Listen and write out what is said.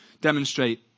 demonstrate